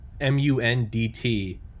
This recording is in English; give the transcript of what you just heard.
m-u-n-d-t